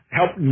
help